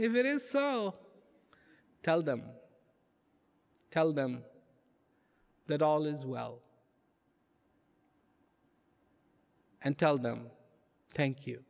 if it is so i tell them tell them that all is well and tell them thank you